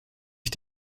ich